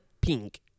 Pink